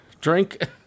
Drink